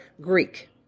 Greek